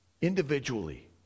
Individually